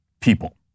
people